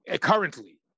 currently